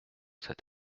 cet